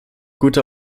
gute